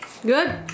Good